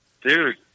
Dude